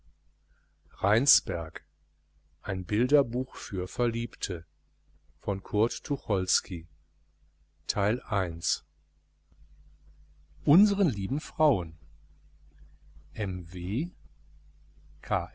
rheinsberg ein bilderbuch für verliebte unsern lieben frauen m